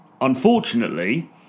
unfortunately